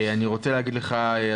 אני רוצה להגיד לך,